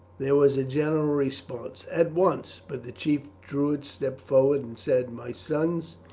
there was a general response at once! but the chief druid stepped forward and said my sons,